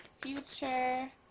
future